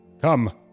Come